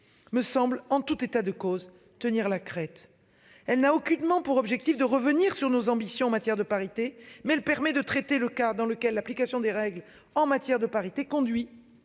Me semble en tout état de cause, tenir la Crète, elle n'a aucunement pour objectif de revenir sur nos ambitions en matière de parité. Mais elle permet de traiter le cas dans lequel l'application des règles en matière de parité, conduit